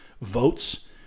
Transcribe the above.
votes